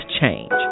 change